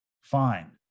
fine